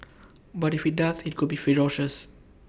but if IT does IT could be ferocious